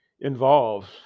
involved